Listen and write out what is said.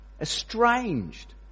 estranged